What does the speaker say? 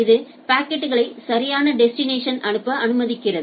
இது பாக்கெட்களை சரியான டெஸ்டினேஷன் அனுப்ப அனுமதிக்கிறது